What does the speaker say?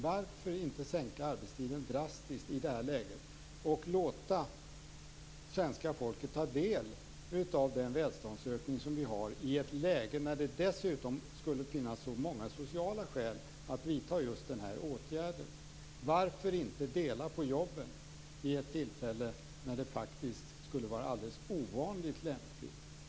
Varför inte sänka arbetstiden drastiskt i det här läget och låta svenska folket ta del av den välståndsökning som vi har, i ett läge när det dessutom skulle finnas så många sociala skäl att vidta just den här åtgärden? Varför inte dela på jobben vid ett tillfälle när det faktiskt skulle vara alldeles ovanligt lämpligt?